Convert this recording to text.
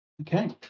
Okay